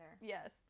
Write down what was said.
Yes